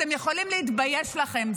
אתם יכולים להתבייש לכם,